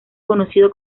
conocido